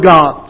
God